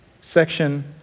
section